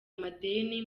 amadeni